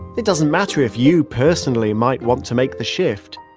it doesn't matter if you personally might want to make the shift.